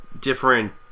different